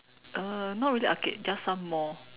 uh not really arcade just some mall